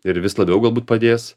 ir vis labiau galbūt padės